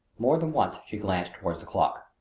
more than once she glanced toward the clock.